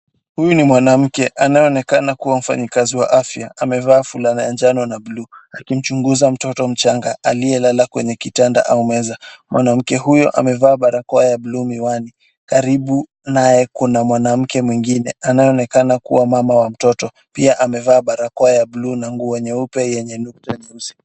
Huu ni mwanamke anayonekana kuwa mfanyikazi wa afya, amevaa fulana ya njano na bluu. Mchunguza mtoto mchanga, aliye lala kwenye kitanda ao meza, mwanamke huyu amevaa barakoa ya bluu miwani, Karibu naye kuna mwanamke mwingine anayonekana kuwa mama wa mtoto, pia amevaa barakoa ya bluu na nguo nyeupe yenye nukta nyeusi.